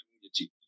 community